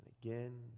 again